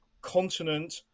continent